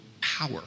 power